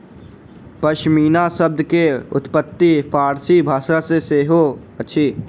पश्मीना शब्द के उत्पत्ति फ़ारसी भाषा सॅ सेहो अछि